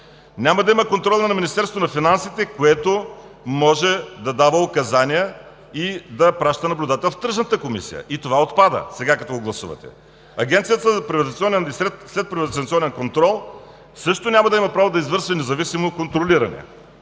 Няма да има контрол на Министерството на финансите, което може да дава указания и да праща наблюдател в Тръжната комисия – и това отпада сега, като го гласувате. Агенцията за приватизация и следприватизационен контрол също няма да има право да извърши независимо контролиране.